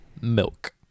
milk